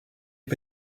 des